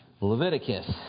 Leviticus